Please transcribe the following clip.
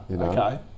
okay